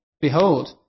Behold